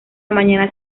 mañana